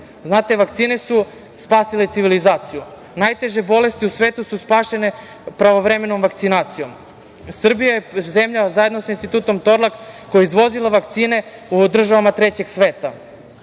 Znate, vakcine su spasile civilizaciju. Najteže bolesti u svetu su spašene pravovremenom vakcinacijom. Srbija je zemlja zajedno sa Institutom Torlak koja je izvozila vakcine u države trećeg sveta.